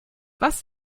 was